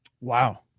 Wow